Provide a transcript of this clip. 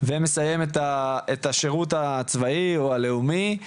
ומסיים את השירות הצבאי או הלאומי,